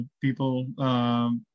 people